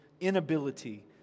inability